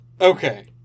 Okay